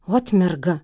ot merga